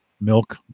milk